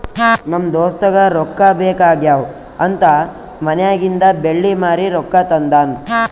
ನಮ್ ದೋಸ್ತಗ ರೊಕ್ಕಾ ಬೇಕ್ ಆಗ್ಯಾವ್ ಅಂತ್ ಮನ್ಯಾಗಿಂದ್ ಬೆಳ್ಳಿ ಮಾರಿ ರೊಕ್ಕಾ ತಂದಾನ್